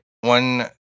One